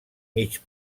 mig